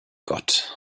gott